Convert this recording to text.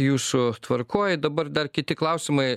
jūsų tvarkoj dabar dar kiti klausimai